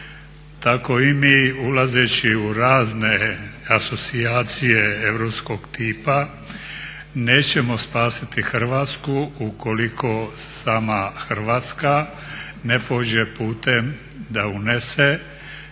Tako i mi ulazeći u razne asocijacije europskog tipa nećemo spasiti Hrvatsku ukoliko sama Hrvatska ne pođe putem da unese politiku